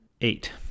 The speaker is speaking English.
eight